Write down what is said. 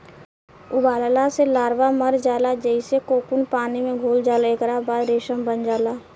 उबालला से लार्वा मर जाला जेइसे कोकून पानी में घुल जाला एकरा बाद रेशम बन जाला